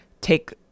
take